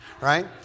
Right